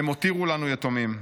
הם הותירו לנו יתומים.